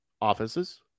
offices